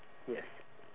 yes